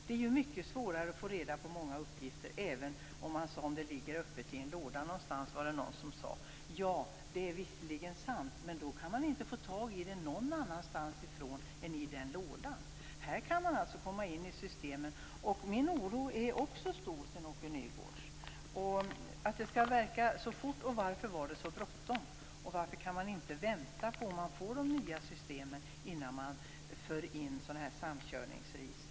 Det är mycket svårare att få reda på många uppgifter än om de ligger öppet i en låda någonstans. Ja, det är visserligen sant, men då kan man inte få tag i dem någon annanstans än i den lådan. Här kan man alltså komma in i systemen. Min oro är stor, Sven-Åke Nygårds. Varför är det så bråttom? Varför kan man inte vänta på att få de nya systemen innan man för in samkörningsregister?